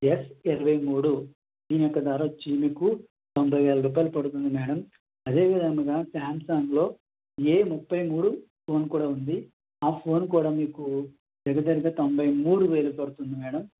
yes ఇరవై మూడు దీని యొక్క ధర వచ్చి మీకు తొంభై వేల రూపాయలు పడుతుంది మేడం అదేవిధముగా సామ్సంగ్లో ఏ ముప్పై మూడు ఫోన్ కూడా ఉంది ఫోన్ కూడా మీకు దగ్గర దగ్గరగా తొంభై మూడు వేలు పడుతుంది మేడం